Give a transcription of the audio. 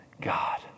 God